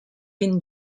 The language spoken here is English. been